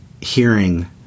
hearing